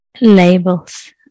labels